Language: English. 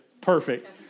Perfect